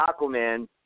Aquaman